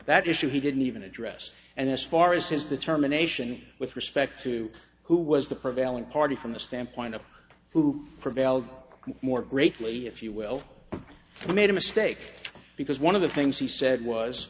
that issue he didn't even address and as far as his determination with respect to who was the prevailing party from the standpoint of who prevailed no more greatly if you will i made a mistake because one of the things he said was